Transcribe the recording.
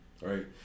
Right